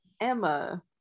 Emma